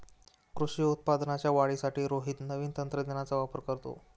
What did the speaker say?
कृषी उत्पादनाच्या वाढीसाठी रोहित नवीन तंत्रज्ञानाचा वापर करतो